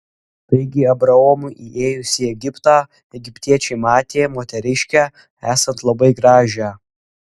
taigi abraomui įėjus į egiptą egiptiečiai matė moteriškę esant labai gražią